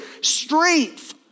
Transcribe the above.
Strength